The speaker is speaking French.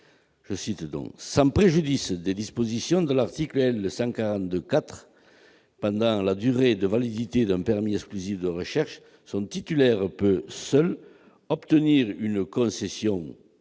les termes :« Sans préjudice des dispositions de l'article L. 142-4, pendant la durée de validité d'un permis exclusif de recherches, son titulaire peut seul obtenir une concession portant,